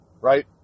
Right